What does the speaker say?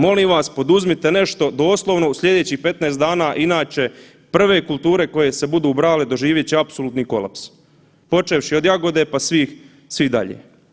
Molim vas poduzmite nešto doslovno u slijedećih 15 dana inače prve kulture koje se budu brale doživit će apsolutni kolaps, počevši od jagode, pa svih, svih dalje.